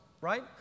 right